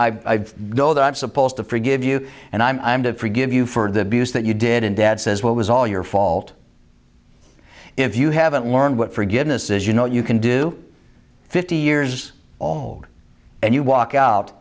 i go there i'm supposed to forgive you and i'm to forgive you for the buz that you did and dad says what was all your fault if you haven't learned what forgiveness is you know you can do fifty years on and you walk out